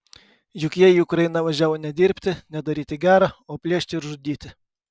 juk jie į ukrainą važiavo ne dirbti ne daryti gera o plėšti ir žudyti